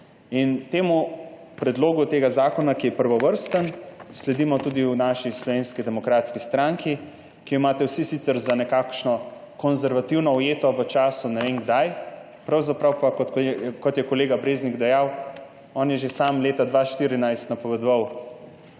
gor. Predlogu tega zakona, ki je prvovrsten, sledimo tudi v naši Slovenski demokratski stranki, ki jo imate vsi sicer za nekakšno konservativno, ujeto v času ne vem kdaj, pravzaprav pa, kot je kolega Breznik dejal, je on že sam leta 2014 napovedoval